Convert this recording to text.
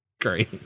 Great